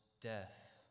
death